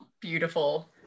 Beautiful